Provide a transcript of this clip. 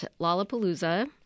Lollapalooza